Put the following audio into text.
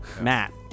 Matt